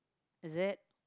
is it